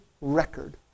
record